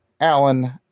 alan